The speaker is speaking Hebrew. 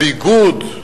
בביגוד,